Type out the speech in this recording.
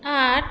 आठ